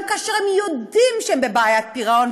גם כאשר הם יודעים שהם בבעיית פירעון,